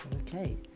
Okay